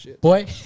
Boy